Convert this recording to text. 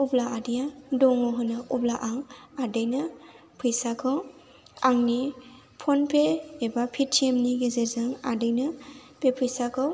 अब्ला आदैया दङ होनो अब्ला आं आदैनो फैसाखौ आंनि फ'न पे एबा पेटिएमनि गेजेरजों आदैनो बे फैसाखौ